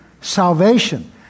salvation